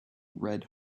red